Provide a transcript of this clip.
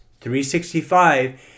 365